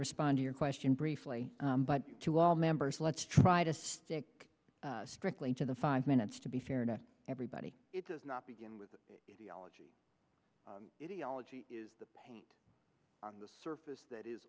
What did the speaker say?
respond to your question briefly but to all members let's try to stick strictly to the five minutes to be fair to everybody it does not begin with elegy idiology is the paint on the surface that is